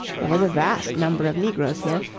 there was a vast number of negroes here,